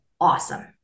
awesome